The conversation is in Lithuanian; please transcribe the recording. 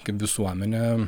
kaip visuomenė